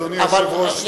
אדוני היושב-ראש,